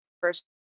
first